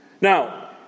Now